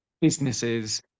businesses